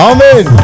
Amen